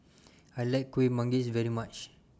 I like Kuih Manggis very much